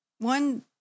One